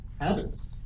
habits